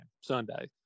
Sunday